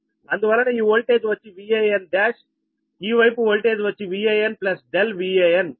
అందువలన ఈ వోల్టేజ్ వచ్చి Van1ఈ వైపు ఓల్టేజ్ వచ్చి Van ∆Van